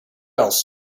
else